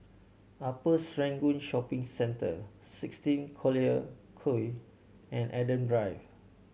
Upper Serangoon Shopping Centre sixteen Collyer Quay and Adam Drive